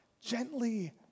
gently